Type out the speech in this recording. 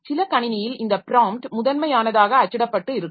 சில கணினியில் இந்த ப்ராம்ப்ட் முதன்மையானதாக அச்சிடப்பட்டு இருக்கும்